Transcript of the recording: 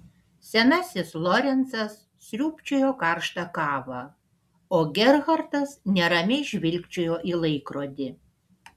senasis lorencas sriūbčiojo karštą kavą o gerhardas neramiai žvilgčiojo į laikrodį